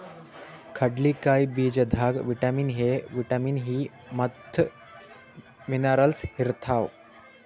ಕಡ್ಲಿಕಾಯಿ ಬೀಜದಾಗ್ vitamin A, vitamin E ಮತ್ತ್ ಮಿನರಲ್ಸ್ ಇರ್ತವ್